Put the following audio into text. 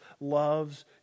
loves